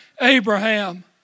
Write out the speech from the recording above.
Abraham